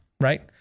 right